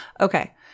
Okay